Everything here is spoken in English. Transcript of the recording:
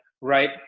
right